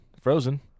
Frozen